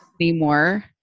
anymore